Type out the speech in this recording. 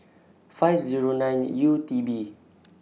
five Zero nine U T B